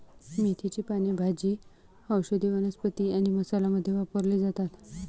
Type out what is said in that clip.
मेथीची पाने भाजी, औषधी वनस्पती आणि मसाला मध्ये वापरली जातात